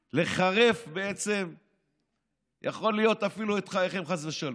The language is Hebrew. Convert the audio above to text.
לחרף, יכול להיות אפילו את נפשותיכם, חס ושלום.